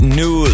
new